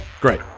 Great